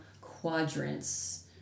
quadrants